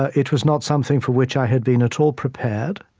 ah it was not something for which i had been at all prepared.